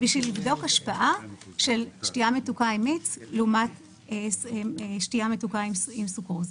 בשביל לבדוק השפעה של שתייה מתוקה ממיץ לעומת שתייה מתוקה עם סוכרוז.